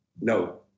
no